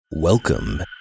Welcome